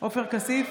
עופר כסיף,